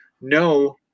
no